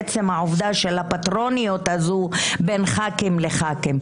עצם הפטרונות הזאת בין חברי כנסת לחברי כנסת,